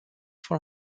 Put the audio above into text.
for